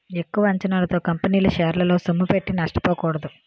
ఎక్కువ అంచనాలతో కంపెనీల షేరల్లో సొమ్ముపెట్టి నష్టపోకూడదు